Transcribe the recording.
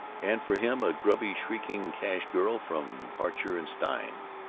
and for him a grubby shrieking cash-girl from parcher and stein's.